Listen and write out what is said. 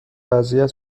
اذیت